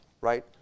right